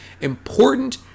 important